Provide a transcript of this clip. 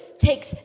takes